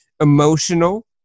emotional